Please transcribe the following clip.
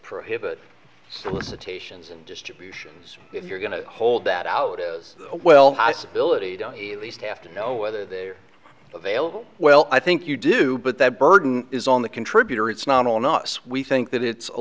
prohibit solicitations and distributions if you're going to hold that out is well high civility to least have to know whether they're available well i think you do but the burden is on the contributor it's not on us we think that it's a